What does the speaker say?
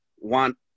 want